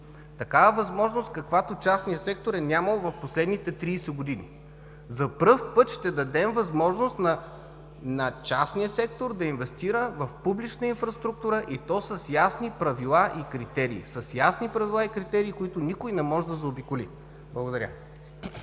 –възможност, каквато частният сектор е нямал в последните 30 години. За пръв път ще дадем възможност на частния сектор да инвестира в публична инфраструктура и то с ясни правила и критерии, които никой не може да заобиколи. Благодаря.